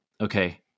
Okay